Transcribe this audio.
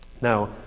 Now